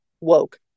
woke